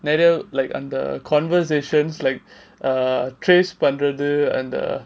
நிறைய:niraya like and the conversations like uh trace பண்றது:panrathu and the